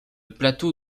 plateau